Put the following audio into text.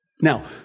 Now